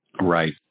Right